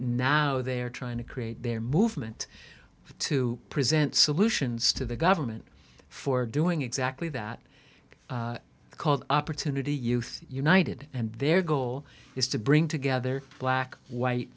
now they're trying to create their movement to present solutions to the government for doing exactly that called opportunity youth united and their goal is to bring together black white